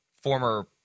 former